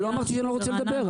לא אמרתי שאני לא רוצה לדבר,